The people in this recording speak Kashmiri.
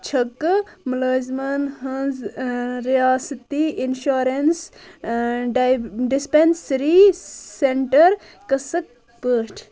چھِکہٕ مُلٲزمَن ہنٛز ٲں رِیاستی اِنشوٗریٚنس ٲں ڈِسپیٚنسری سیٚنٹَر قِصہٕ پٲٹھۍ